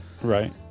Right